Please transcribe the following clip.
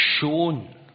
shown